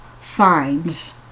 finds